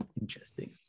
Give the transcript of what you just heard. Interesting